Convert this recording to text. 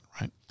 right